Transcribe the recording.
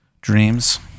dreams